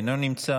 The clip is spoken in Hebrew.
אינו נמצא,